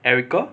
erica